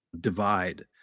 divide